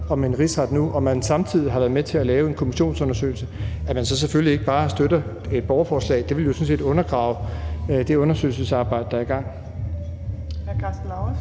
om en rigsret nu og man samtidig har været med til at lave en kommissionsundersøgelse, så støtter man selvfølgelig ikke bare et borgerforslag. Det ville jo sådan set undergrave det undersøgelsesarbejde, der er i gang.